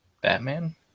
Batman